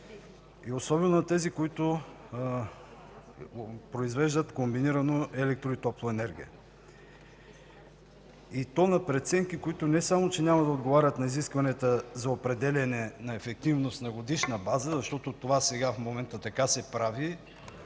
и особено на тези, които произвеждат комбинирано електро- и топлоенергия и то на преценки, които не само че няма да отговарят на изискванията за определяне на ефективност на годишна база, защото това сега в момента така се прави